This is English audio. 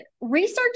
Research